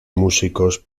músicos